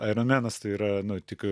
airon menas tai yra nu tik